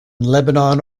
lebanon